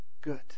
good